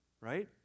Right